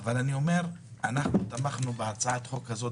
אבל אנחנו תמכנו בהצעת החוק הזאת